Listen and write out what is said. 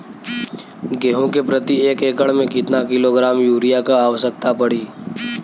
गेहूँ के प्रति एक एकड़ में कितना किलोग्राम युरिया क आवश्यकता पड़ी?